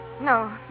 No